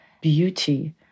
beauty